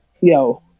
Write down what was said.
yo